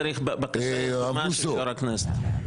צריך בקשה של יו"ר הכנסת.